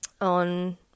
on